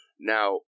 Now